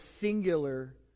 singular